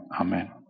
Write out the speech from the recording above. Amen